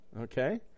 Okay